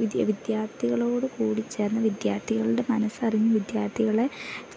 വിദ്യ വിദ്യാർത്ഥികളോടു കൂടിച്ചേർന്ന് വിദ്യാർത്ഥികളുടെ മനസ്സറിഞ്ഞ് വിദ്യാർത്ഥികളെ